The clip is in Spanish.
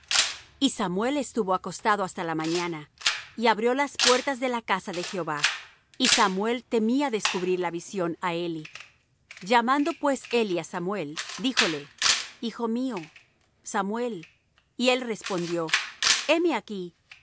y samuel estuvo acostado hasta la mañana y abrió las puertas de la casa de jehová y samuel temía descubrir la visión á eli llamando pues eli á samuel díjole hijo mío samuel y él respondió heme aquí